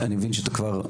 אני מבין שאת בשבתון,